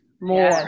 more